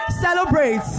Celebrate